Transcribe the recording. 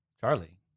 Charlie